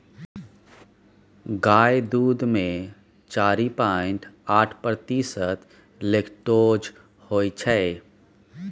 गाय दुध मे चारि पांइट आठ प्रतिशत लेक्टोज होइ छै